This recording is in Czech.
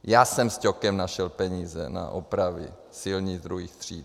Já jsem s Ťokem našel peníze na opravy silnic druhých tříd.